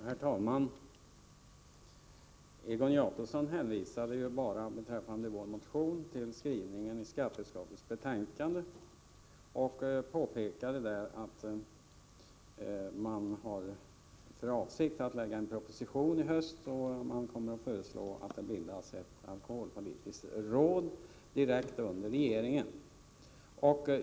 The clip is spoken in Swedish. Herr talman! Egon Jacobsson hänvisade beträffande vår motion bara till skrivningen i skatteutskottets betänkande och påpekade att man har för avsikt att lägga fram en proposition i höst. I den kommer att föreslås att det bildas ett alkoholpolitiskt råd direkt under regeringen.